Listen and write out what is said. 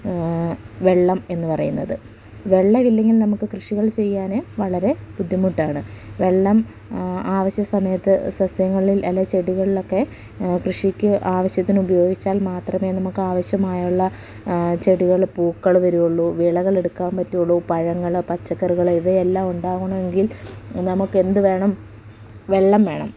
വെള്ളം എന്നു പറയുന്നത് വെള്ളമില്ലെങ്കിൽ നമുക്ക് കൃഷികൾ ചെയ്യാൻ വളരെ ബുദ്ധിമുട്ടാണ് വെള്ളം ആവശ്യസമയത്ത് സസ്യങ്ങളിൽ അല്ലെങ്കിൽ ചെടികളിലൊക്കെ കൃഷിയ്ക്ക് ആവശ്യത്തിന് ഉപയോഗിച്ചാൽ മാത്രമേ നമുക്ക് ആവശ്യമായുള്ള ചെടികൾ പൂക്കൾ വരുള്ളൂ വിളകളെടുക്കാൻ പറ്റുള്ളൂ പഴങ്ങൾ പച്ചക്കറികൾ ഇവയെല്ലാം ഉണ്ടാവണമെങ്കിൽ നമുക്ക് എന്തുവേണം വെള്ളം വേണം